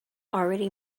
already